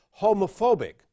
homophobic